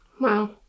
Wow